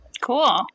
Cool